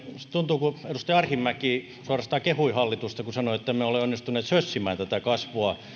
tuntuu että edustaja arhinmäki suorastaan kehui hallitusta kun sanoi että emme ole onnistuneet sössimään tätä kasvua